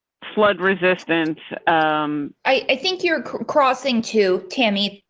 flood resistance i think you're crossing to tammy.